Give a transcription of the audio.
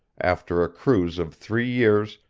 after a cruise of three years,